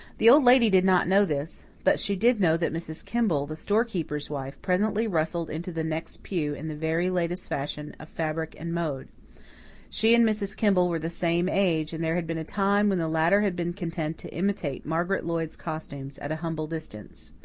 the old lady did not know this. but she did know that mrs. kimball, the storekeeper's wife, presently rustled into the next pew in the very latest fashion of fabric and mode she and mrs. kimball were the same age, and there had been a time when the latter had been content to imitate margaret lloyd's costumes at a humble distance.